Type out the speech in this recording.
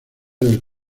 del